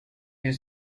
you